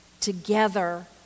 Together